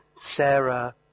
Sarah